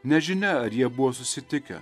nežinia ar jie buvo susitikę